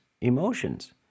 emotions